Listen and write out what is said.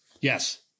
Yes